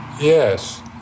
Yes